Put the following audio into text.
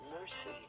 mercy